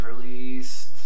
released